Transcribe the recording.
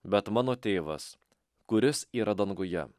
bet mano tėvas kuris yra danguje